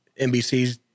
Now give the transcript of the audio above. NBC's